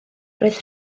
roedd